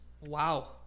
wow